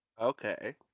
Okay